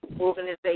organization